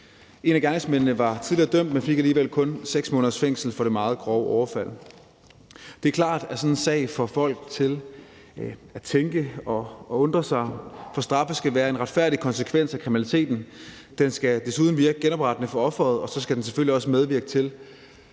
En af gerningsmændene var tidligere dømt, men fik alligevel kun 6 måneders fængsel for det meget grove overfald. Det er klart, at sådan en sag får folk til at tænke og undre sig, for straffen skal være en retfærdig konsekvens af kriminaliteten. Den skal desuden virke genoprettende for offeret, og så skal den selvfølgelig også medvirke til